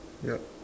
got